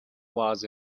was